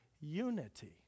unity